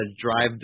drive